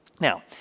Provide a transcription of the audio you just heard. Now